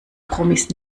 promis